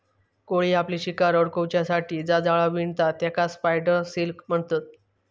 कोळी आपली शिकार अडकुच्यासाठी जा जाळा विणता तेकाच स्पायडर सिल्क म्हणतत